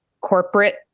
corporate